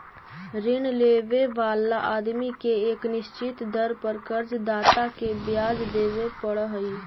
ऋण लेवे वाला आदमी के एक निश्चित दर पर कर्ज दाता के ब्याज देवे पड़ऽ हई